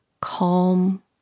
calm